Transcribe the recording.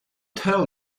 tell